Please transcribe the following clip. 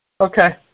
Okay